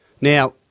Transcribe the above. Now